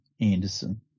Anderson